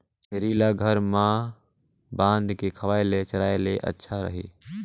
छेरी ल घर म बांध के खवाय ले चराय ले अच्छा रही?